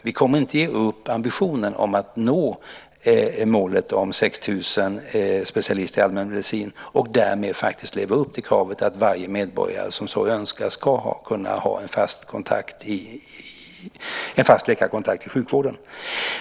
Vi kommer inte att ge upp ambitionen om att nå målet om 6 000 specialister i allmänmedicin och därmed leva upp till kravet att varje medborgare som så önskar ska kunna ha en fast läkarkontakt i sjukvården.